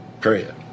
Period